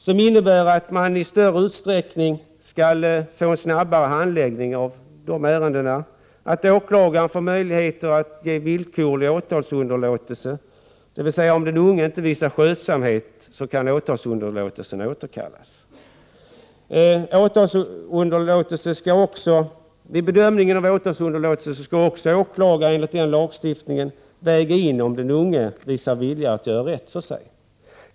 Den innebär att man i större utsträckning skall få en snabbare handläggning av dessa ärenden, att åklagaren får möjligheter att ge villkorlig åtalsunderlåtelse, dvs. om den unge inte visar skötsamhet, kan åtalsunderlåtelsen återkallas. Vid bedömningen av åtalsunderlåtelse skall också åklagare enligt denna lagstiftning väga in om den unge visar vilja att göra rätt för sig.